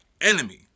enemy